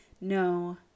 No